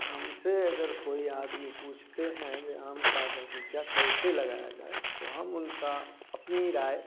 हमसे अगर कोई आदमी पूछते हैं जे आम का बगीचा कैसे लगाया जाए तो हम उनका अपनी राय